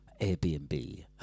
Airbnb